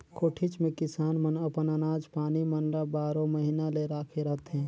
कोठीच मे किसान मन अपन अनाज पानी मन ल बारो महिना ले राखे रहथे